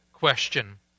Question